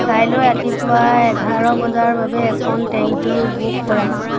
কাইলৈ ৰাতিপুৱা এঘাৰ বজাৰ বাবে এখন টেক্সী বুক কৰা